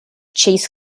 chase